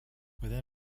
within